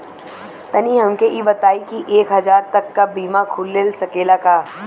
तनि हमके इ बताईं की एक हजार तक क बीमा खुल सकेला का?